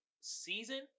season